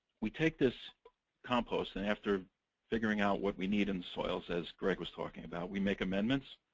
we take this compost, and after figuring out what we need in the soils, as gregg was talking about, we make amendments.